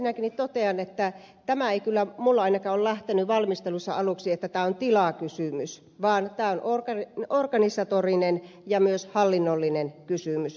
ensinnäkin totean että tämä ei kyllä minulla ainakaan ole lähtenyt valmistelussa alkuun siitä että tämä on tilakysymys vaan tämä on organisatorinen ja myös hallinnollinen kysymys